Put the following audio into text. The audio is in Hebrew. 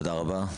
תודה רבה.